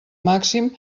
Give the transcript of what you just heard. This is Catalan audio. màxim